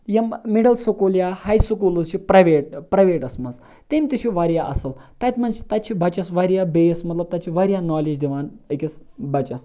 یِم middle school یا ہاے سکوٗلٕز چھِ پرایویٹ پرایویٹَس مَنٛز تِم تہِ چھِ واریاہ اَصل تَتہِ مَنٛز تَتہِ چھِ بَچَس واریاہ بیس مَطلَب تَتہِ چھِ واریاہ نالیج دِوان أکِس بَچَس